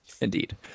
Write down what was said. Indeed